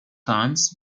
times